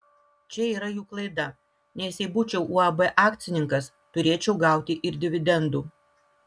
čia yra jų klaida nes jei būčiau uab akcininkas turėčiau gauti ir dividendų